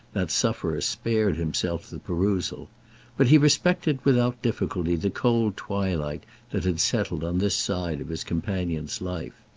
that sufferer spared himself the perusal but he respected without difficulty the cold twilight that had settled on this side of his companion's life.